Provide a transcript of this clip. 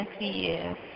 Yes